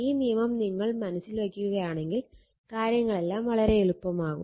ഈ നിയമം നിങ്ങൾ മനസ്സിൽ വെക്കുകയാണെങ്കിൽ കാര്യങ്ങളെല്ലാം വളരെ എളുപ്പമാവും